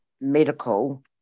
medical